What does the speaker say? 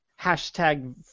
hashtag